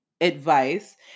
advice